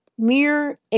Mere